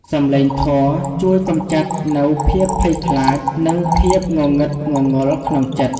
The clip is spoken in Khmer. សំឡេងធម៌ជួយកម្ចាត់នូវភាពភ័យខ្លាច និងភាពងងឹតងងល់ក្នុងចិត្ត។